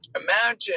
imagine